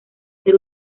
ser